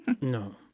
no